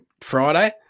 Friday